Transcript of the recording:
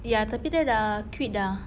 ya tapi dia sudah quit sudah